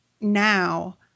now